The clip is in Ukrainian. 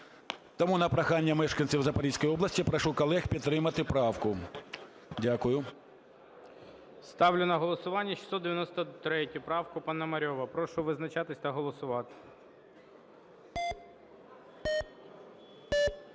Тому, на прохання мешканців Запорізької області, прошу колег підтримати правку. Дякую. ГОЛОВУЮЧИЙ. Ставлю на голосування 693 правку Пономарьова. Прошу визначатись та голосувати.